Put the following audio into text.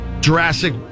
Jurassic